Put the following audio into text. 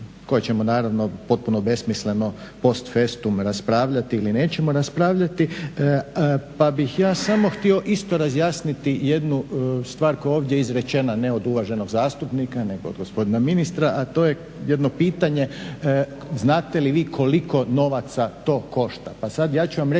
koje ćemo naravno potpuno besmisleno post festum raspravljati ili nećemo raspravljati pa bih ja samo htio isto razjasniti jednu stvar koja je ovdje izrečena, ne od uvaženog zastupnika nego od gospodina ministra, a to je jedno pitanje. Znate li vi koliko novaca to košta?